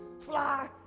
fly